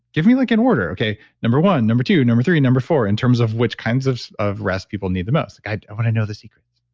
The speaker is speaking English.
give me like an order. number one, number two, number three, number four in terms of which kinds of of rest people need the most. like i want to know the secrets.